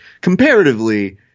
comparatively